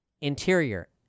Interior